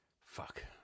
fuck